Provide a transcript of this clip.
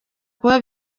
kuba